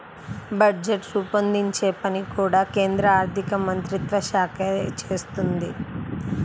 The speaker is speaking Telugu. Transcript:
బడ్జెట్ రూపొందించే పని కూడా కేంద్ర ఆర్ధికమంత్రిత్వ శాఖే చేస్తుంది